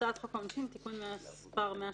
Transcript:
"הצעת חוק העונשין (תיקון מס' 135)